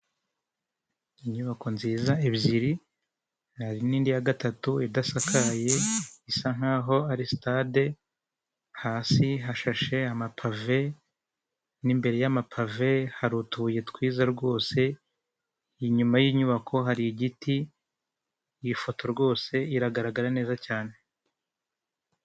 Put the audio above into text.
Inyubako nziza ebyiri, hari n'indi ya gatatu idasakaye, isa nk'aho ari sitade, hasi hashashe amapave, n'imbere y'amapave hari utubuye twiza rwose, inyuma y'inyubako hari igiti, iyi foto rwose iragaragara neza cyane.